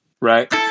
Right